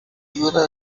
ayuda